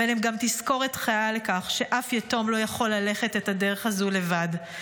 אבל הם גם תזכורת חיה לכך שאף יתום לא יכול ללכת את הדרך הזו לבד.